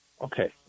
Okay